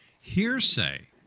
hearsay